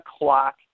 o'clock